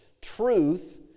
Truth